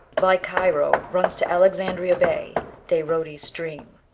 by cairo runs to alexandria-bay darotes' stream,